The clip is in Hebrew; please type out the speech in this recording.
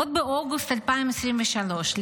עוד באוגוסט 2023,